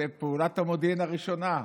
שזאת פעולת המודיעין הראשונה,